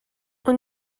اون